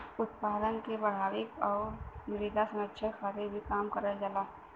उत्पादन के बढ़ावे आउर मृदा संरक्षण खातिर भी काम करल जाला